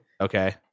Okay